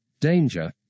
danger